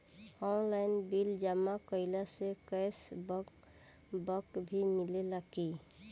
Online bill जमा कईला से कैश बक भी मिलेला की?